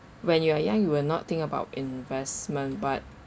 when you are young you will not think about investment but